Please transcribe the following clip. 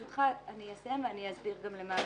ברשותך, אני אסיים ואני אסביר למה הכוונה.